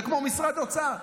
זה כמו משרד האוצר.